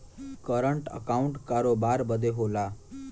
current account करोबार बदे होला